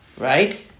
right